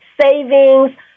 savings